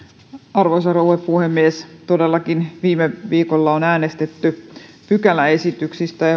arvoisa rouva puhemies viime viikolla on todellakin äänestetty pykälämuutosesityksistä